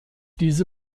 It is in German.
diese